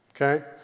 okay